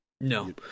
No